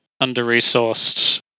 under-resourced